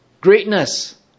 Greatness